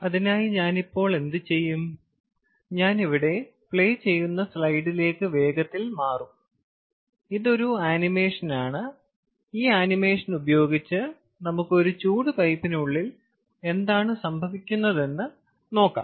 അതിനായി ഞാൻ ഇപ്പോൾ എന്തുചെയ്യും ഞാൻ ഇവിടെ പ്ലേ ചെയ്യുന്ന സ്ലൈഡിലേക്ക് വേഗത്തിൽ മാറും ഇതൊരു ആനിമേഷനാണ് ഈ ആനിമേഷൻ ഉപയോഗിച്ച് നമുക്ക് ഒരു ചൂട് പൈപ്പിനുള്ളിൽ എന്താണ് സംഭവിക്കുന്നതെന്ന് സംസാരിക്കാം